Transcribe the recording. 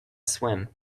swim